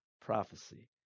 prophecy